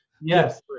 Yes